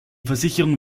versicherung